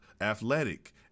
athletic